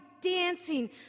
dancing